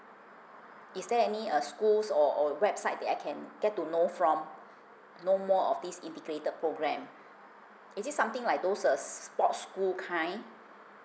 is there any uh schools or or website that I can get to know from no more of this integrated program is it something like those uh sports school kind